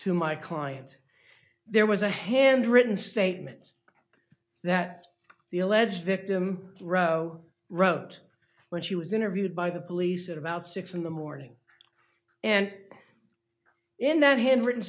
to my client there was a handwritten statement that the alleged victim row wrote when she was interviewed by the police at about six in the morning and in that handwritten